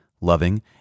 loving